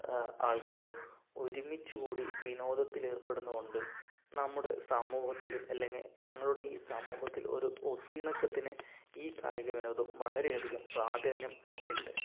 ആൾക്കാരും ഒരുമിച്ചു കൂടി വിനോദത്തിൽ ഏർപ്പെടുന്നതുകൊണ്ട് നമ്മുടെ സമൂഹത്തിലും അല്ലെങ്കിൽ ഞങ്ങളുടെ ഈ സമൂഹത്തിൽ ഒരു ഒത്തിണക്കത്തിന് ഈ കായികവിനോദം വളരെ അധികം പ്രാധാന്യം ഉണ്ട്